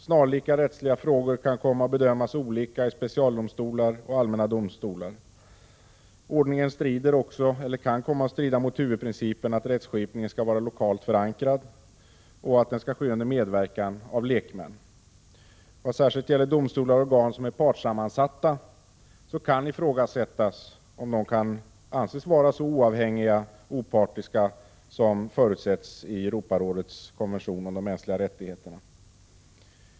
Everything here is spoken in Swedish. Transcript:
Snarlika rättsliga frågor kan komma att bedömas olika i specialdomstolar och i allmänna domstolar. Ordningen kan också komma att strida mot huvudprincipen att rättsskipningen skall vara lokalt förankrad och att den skall ske under medverkan av lekmän. Vad särskilt gäller domstolar och organ som är partssammansatta kan det ifrågasättas om dessa kan anses vara så oavhängiga och opartiska som förutsätts i Europarådets konvention om de mänskliga rättigheterna.